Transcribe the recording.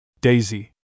Daisy